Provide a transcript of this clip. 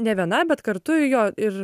ne viena bet kartu jo ir